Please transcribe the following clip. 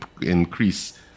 increase